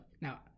Now